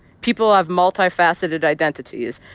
people have multifaceted identities.